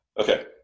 Okay